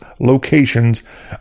locations